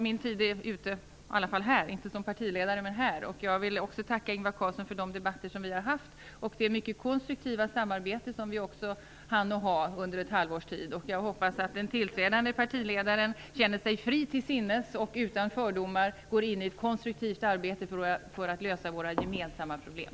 Min tid är ute - inte som partiledare, men i talarstolen - och jag vill tacka Ingvar Carlsson för de debatter som vi har haft och för det mycket konstruktiva samarbete som vi också hann bedriva under ett halvårs tid. Jag hoppas att den tillträdande partiledaren känner sig fri till sinnes och utan fördomar går in i ett konstruktivt arbete för att lösa våra gemensamma problem.